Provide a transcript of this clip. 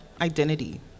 identity